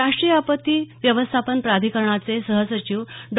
राष्ट्रीय आपत्ती व्यवस्थापन प्राधिकरणाचे सहसचिव डॉ